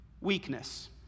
Weakness